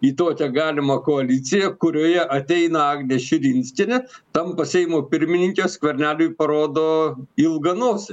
į tokią galimą koaliciją kurioje ateina agnė širinskienė tampa seimo pirmininke skverneliui parodo ilgą nosį